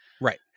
Right